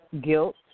guilt